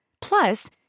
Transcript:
Plus